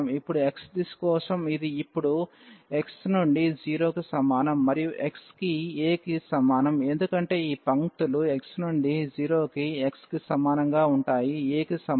ఇప్పుడు x దిశ కోసం ఇది ఇప్పుడు x నుండి 0 కి సమానం మరియు x కి a కి సమానం ఎందుకంటే ఈ పంక్తులు x నుండి 0 కి x కి సమానంగా ఉంటాయి a కి సమానం